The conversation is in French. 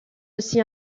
aussi